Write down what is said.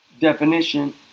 definition